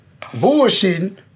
bullshitting